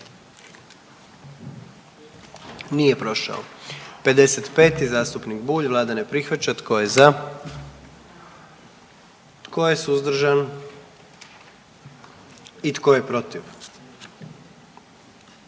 44. Kluba zastupnika SDP-a, vlada ne prihvaća. Tko je za? Tko je suzdržan? Tko je protiv?